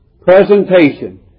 presentation